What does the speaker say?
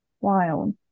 Wild